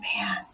Man